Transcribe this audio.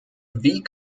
wie